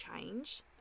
change